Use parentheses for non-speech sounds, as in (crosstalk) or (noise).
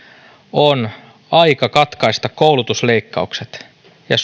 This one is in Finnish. on aika katkaista koulutusleikkaukset ja (unintelligible)